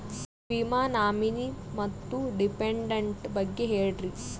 ವಿಮಾ ನಾಮಿನಿ ಮತ್ತು ಡಿಪೆಂಡಂಟ ಬಗ್ಗೆ ಹೇಳರಿ?